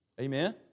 Amen